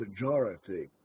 majority